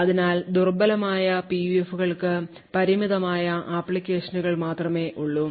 അതിനാൽ ദുർബലമായ PUF കൾക്ക് പരിമിതമായ ആപ്ലിക്കേഷനുകൾ മാത്രമേ ഉള്ളു